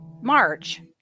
March